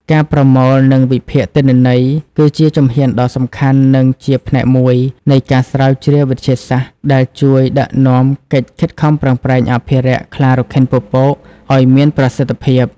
ការប្រមូល និងវិភាគទិន្នន័យគឺជាជំហានដ៏សំខាន់ និងជាផ្នែកមួយនៃការស្រាវជ្រាវវិទ្យាសាស្ត្រ ដែលជួយដឹកនាំកិច្ចខិតខំប្រឹងប្រែងអភិរក្សខ្លារខិនពពក ឲ្យមានប្រសិទ្ធភាព។